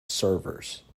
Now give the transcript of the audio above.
servers